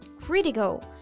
critical